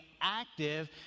active